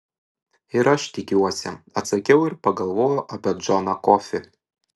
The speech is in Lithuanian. ir aš tikiuosi atsakiau ir pagalvojau apie džoną kofį